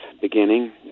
beginning